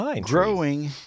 growing